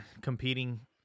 competing